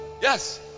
yes